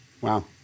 Wow